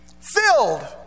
Filled